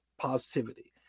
positivity